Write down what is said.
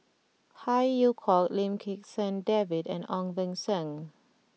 Phey Yew Kok Lim Kim San David and Ong Beng Seng